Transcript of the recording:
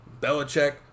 Belichick